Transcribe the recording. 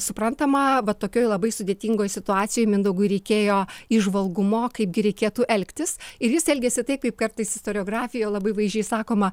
suprantama va tokioj labai sudėtingoj situacijoj mindaugui reikėjo įžvalgumo kaipgi reikėtų elgtis ir jis elgėsi taip kaip kartais istoriografijo labai vaizdžiai sakoma